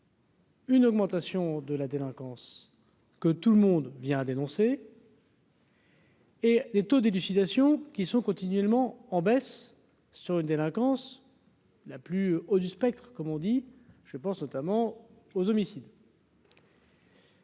Une augmentation de la délinquance, que tout le monde vient à dénoncer. Et les taux d'élucidation qui sont. Nullement en baisse sur une délinquance la plus haut du spectre comme on dit, je pense notamment aux homicides.